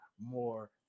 more